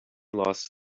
lost